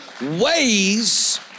ways